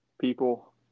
people